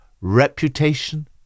reputation